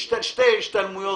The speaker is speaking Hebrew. של שתי השתלמויות